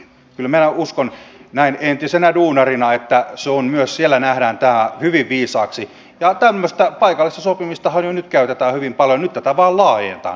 kyllä minä uskon näin entisenä duunarina että myös siellä nähdään tämä hyvin viisaaksi ja tämmöistä paikallista sopimistahan jo nyt käytetään hyvin paljon nyt tätä toisin sopimisen mahdollisuutta vaan laajennetaan